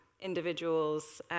individuals